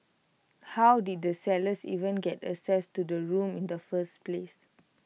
how did the sellers even get access to the room in the first place